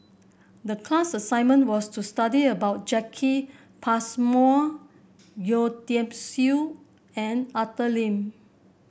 the class assignment was to study about Jacki Passmore Yeo Tiam Siew and Arthur Lim